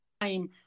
time